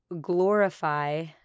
glorify